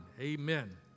Amen